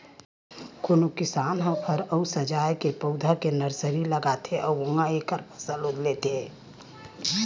कोनो किसान ह फर अउ सजाए के पउधा के नरसरी लगाथे अउ उहां एखर फसल लेथे